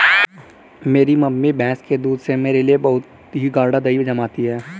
मेरी मम्मी भैंस के दूध से मेरे लिए बहुत ही गाड़ा दही जमाती है